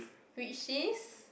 which is